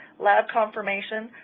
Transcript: lab confirmation,